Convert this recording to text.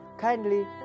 kindly